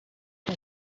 der